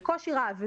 בקושי רב,